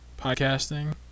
podcasting